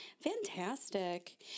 fantastic